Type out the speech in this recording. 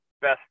best